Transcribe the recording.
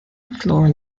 floor